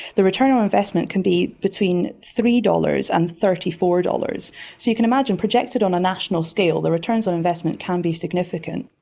the return on investment can between three dollars and thirty four dollars. so you can imagine, projected on a national scale, the returns on investment can be significant.